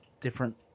different